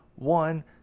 One